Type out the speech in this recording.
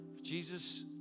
Jesus